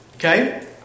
Okay